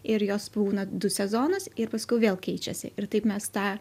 ir jos pabūna du sezonus ir paskui vėl keičiasi ir taip mes tą